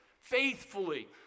faithfully